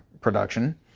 production